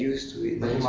会吗